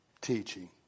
Teaching